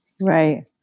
Right